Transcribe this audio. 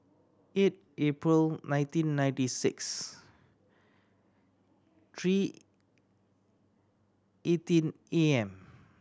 eight April nineteen ninety six three eighteen A M